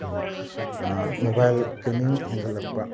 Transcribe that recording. ꯑꯩꯈꯣꯏꯅ mobile gaming ꯍꯦꯟꯒꯠꯂꯛꯄ